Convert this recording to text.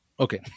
Okay